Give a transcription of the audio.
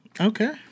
Okay